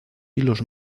hilos